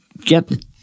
get